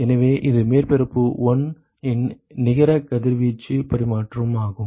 எனவே இது மேற்பரப்பு 1 இன் நிகர கதிர்வீச்சு பரிமாற்றம் ஆகும்